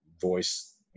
voice